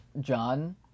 John